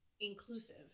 inclusive